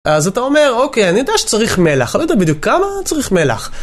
אז אתה אומר, אוקיי, אני יודע שצריך מלח, אני לא יודע בדיוק כמה צריך מלח.